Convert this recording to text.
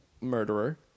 murderer